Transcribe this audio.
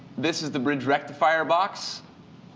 this is the bridge rectifier box.